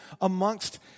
amongst